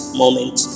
moment